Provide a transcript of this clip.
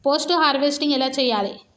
Post harvesting ఎలా చెయ్యాలే?